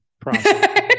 process